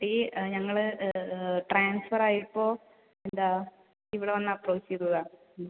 കുട്ടി ഞങ്ങൾ ട്രാൻസ്ഫർ ആയപ്പോൾ എന്താ ഇവിടെ വന്ന് അപ്പ്രോച്ച് ചെയ്തതാണ്